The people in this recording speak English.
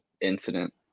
incident